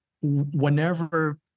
whenever